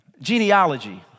genealogy